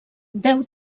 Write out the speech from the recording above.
deu